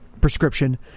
prescription